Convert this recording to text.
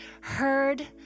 heard